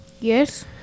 Yes